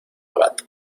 abad